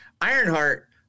Ironheart